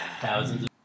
thousands